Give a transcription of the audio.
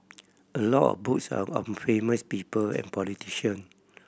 a lot of books are on famous people and politician